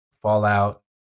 Fallout